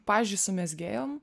pavyzdžiui su mezgėjom